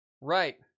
Right